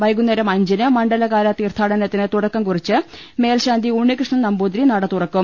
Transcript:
വൈകുന്നേരം അഞ്ചിന് മണ്ഡലകാല തീർത്ഥാട നത്തിന് തുടക്കം കുറിച്ച് മേൽശാന്തി ഉണ്ണി കൃഷ്ണൻ നമ്പൂതിരി നട തുറക്കും